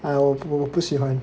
!aiyo! 我不喜欢